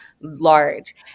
large